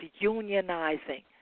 unionizing